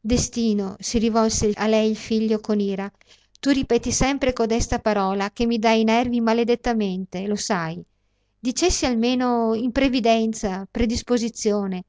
destino si rivolse a lei il figlio con ira tu ripeti sempre codesta parola che mi dà ai nervi maledettamente lo sai dicessi almeno imprevidenza predisposizione